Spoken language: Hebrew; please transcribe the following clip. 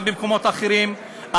גם במקומות אחרים.